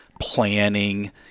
planning